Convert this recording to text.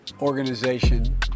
organization